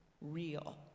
real